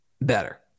Better